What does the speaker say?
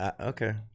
Okay